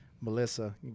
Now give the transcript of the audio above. melissa